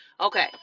okay